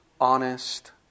honest